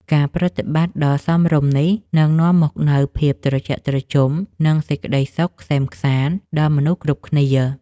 ការប្រតិបត្តិដ៏សមរម្យនេះនឹងនាំមកនូវភាពត្រជាក់ត្រជុំនិង សេចក្តីសុខក្សេមក្សាន្តដល់មនុស្សគ្រប់គ្នា។